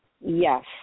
Yes